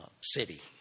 city